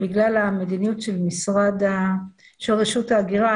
בגלל המדיניות של רשות ההגירה,